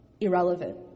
irrelevant